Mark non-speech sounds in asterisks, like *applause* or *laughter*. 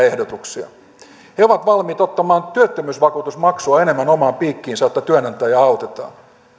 *unintelligible* ehdotuksia he ovat valmiit ottamaan työttömyysvakuutusmaksua enemmän omaan piikkiinsä jotta työnantajaa autetaan